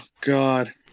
God